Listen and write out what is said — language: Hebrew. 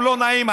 המלונאים,